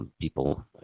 people